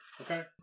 Okay